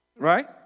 Right